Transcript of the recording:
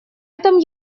этом